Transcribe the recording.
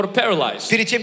paralyzed